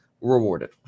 rewarded